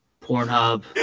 Pornhub